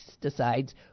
decides